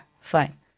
Fine